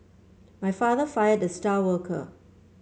my father fired the star worker